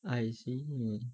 I see mmhmm